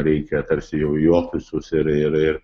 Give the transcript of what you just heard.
reikia tarsi jau į ofisus ir ir ir